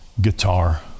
guitar